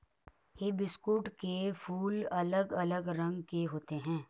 hibiscus के फूल अलग अलग रंगो के होते है